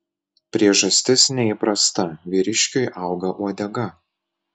priežastis neįprasta vyriškiui auga uodega